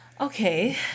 Okay